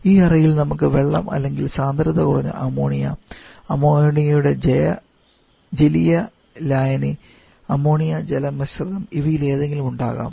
ഈ അറയിൽ നമുക്ക് വെള്ളം അല്ലെങ്കിൽ സാന്ദ്രത കുറഞ്ഞ അമോണിയ അമോണിയയുടെ ജലീയ ലായനി അമോണിയ ജല മിശ്രിതം ഇവയിലേതെങ്കിലും ഉണ്ടാവും